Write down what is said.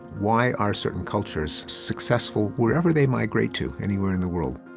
why are certain cultures successful wherever they migrate to anywhere in the world?